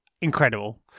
incredible